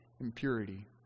impurity